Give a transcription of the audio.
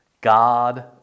God